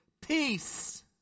Peace